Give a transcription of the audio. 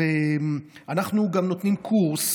אנחנו גם נותנים קורס